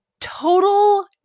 Total